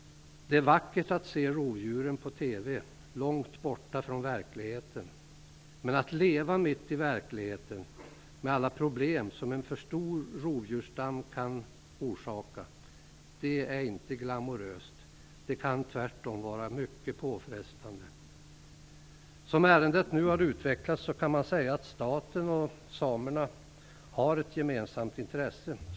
Det är vackert att se rovdjuren på TV långt borta från verkligheten, men att leva mitt i verkligheten med alla problem som en för stor rovdjursstam kan orsaka är inte så glamoröst. Det kan tvärtom vara mycket påfrestande. Som ärendet nu har utvecklats kan man säga att staten och samerna har ett gemensamt intresse.